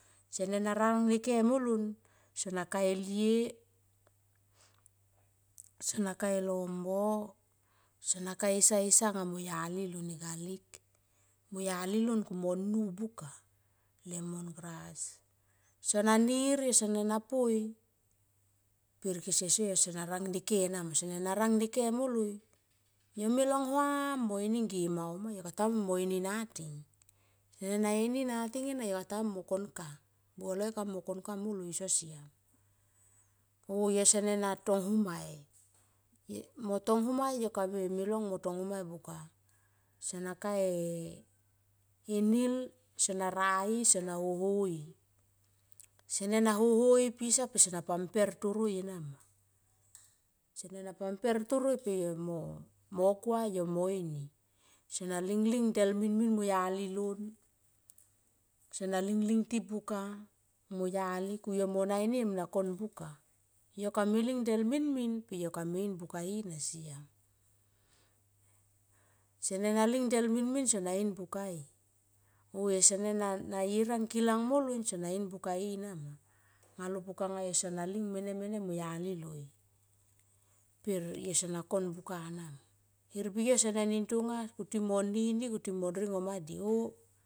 Sene na rang neke moloi sona ka e lie sona ka e lombo sona ka esa esa nga mo yali lon e galik mo yali lon ku mon nu buka lemo gras sona nir sona poi per kese so yo sona rang ne ke nama sene na rang neke moloi. Yo me long vua m mo ini nge mau ma yo kata mui mo ini nating. Sene na ini nating ena yo kata mui mo kon ka. Bue lol yo kata mui mo kon ka so siam on yo sene na tong hum mai, mo tong hum mai yo kame long mo tong hum mai buka. Sona ka e nil pe sona rai sona ho hoi sene na hoi pisa sona pam per toroi ena ma, sene na pam per toroi yo mo gua yo mo ini sona ling olel minmin mo yali lon sona ling ling ti buka mo yali ku yo mona ini mo na kon buka. Yo ka me ling del minmin pe yo kame in buka i nama anga lo pukanga sona ling mene au yali loi per yo sona kon buka na ma, ltermbi yo sonan nin tonga kuti mon nini go ti mon ringom ma di oh.